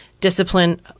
discipline